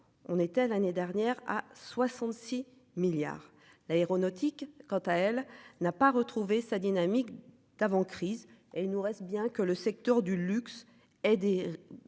on était l'année dernière à 66 milliards, l'aéronautique, quant à elle n'a pas retrouvé sa dynamique d'avant crise et il nous reste bien que le secteur du luxe et des.